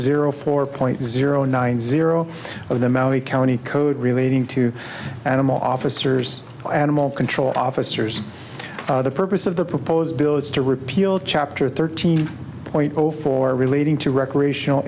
zero four point zero nine zero of the maori county code relating to animal officers or animal control officers the purpose of the proposed bill is to repeal chapter thirteen point zero four relating to recreational